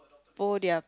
oh their